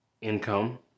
income